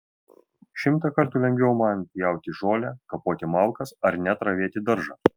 šimtą kartų lengviau man pjauti žolę kapoti malkas ar net ravėti daržą